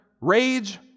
Rage